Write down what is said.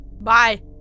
Bye